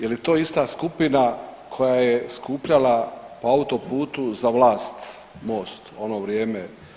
Je li to ista skupina koja je skupljala po autoputu za vlast, Most u ono vrijeme?